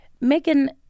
Megan